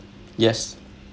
yes